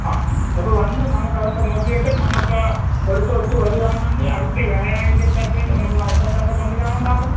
ആ അപ്പോൾ വന്ന് നമുക്കതക്കെ നോക്കിയിട്ട് നമുക്ക് പൊരുത്തം ഒത്തു വരുകയാണെകിൽ അടുത്ത വ്യാഴാഴ്ചത്തക്കേക്ക് നമുക്ക് നടക്കത്തക്ക സംവിധാനം ഉണ്ടാക്കാം